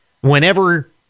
whenever